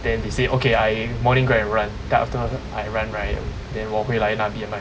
then the say okay I morning go and run then after I ran right I then 我回来拿 B_M_I